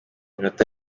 inota